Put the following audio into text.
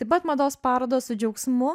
taip pat mados parodos su džiaugsmu